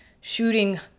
shooting